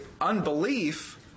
unbelief